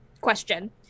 question